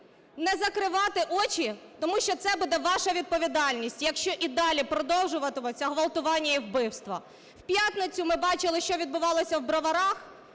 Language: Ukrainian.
не закривати очі, тому що це буде ваша відповідальність, якщо і далі продовжуватимуться ґвалтування і вбивства. В п'ятницю ми бачили, що відбувалося в Броварах.